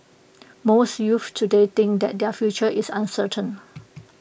most youths today think that their future is uncertain